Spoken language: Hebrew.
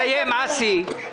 אסי,